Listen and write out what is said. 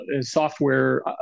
software